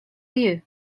you